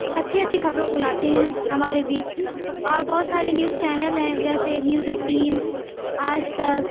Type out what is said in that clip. اچھی اچھی خبروں کو لاتے ہیں ہمارے بیچ اور بہت سارے نیوز چینل ہیں جیسے نیوز ایٹین آج تک